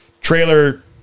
Trailer